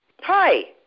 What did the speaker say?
Hi